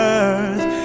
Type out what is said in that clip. earth